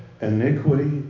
iniquity